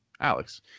Alex